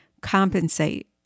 compensate